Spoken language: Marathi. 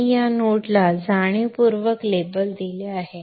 मी या नोडला जाणीवपूर्वक लेबल दिले आहे